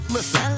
Listen